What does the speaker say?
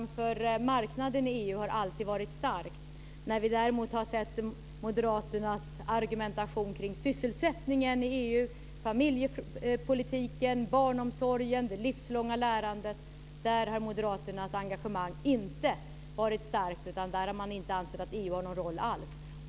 har alltid varit starkt. När vi däremot har sett moderaternas argumentation kring sysselsättningen i EU, familjepolitiken, barnomsorgen och det livslånga lärandet har moderaternas engagemang inte varit starkt, utan där har de ansett att EU inte har någon roll alls.